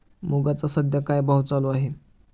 मुगाचा सध्या काय भाव चालू आहे?